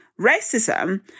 racism